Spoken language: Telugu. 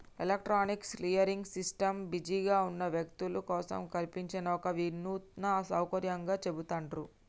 ఎలక్ట్రానిక్ క్లియరింగ్ సిస్టమ్ బిజీగా ఉన్న వ్యక్తుల కోసం కల్పించిన ఒక వినూత్న సౌకర్యంగా చెబుతాండ్రు